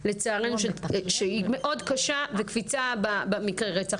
שהיא לצערנו מאוד קשה וקפיצה במקרי רצח.